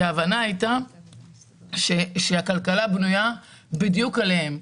ההבנה הייתה שהכלכלה בנויה בדיוק עליהם.